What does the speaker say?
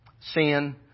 Sin